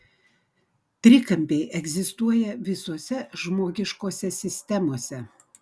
trikampiai egzistuoja visose žmogiškose sistemose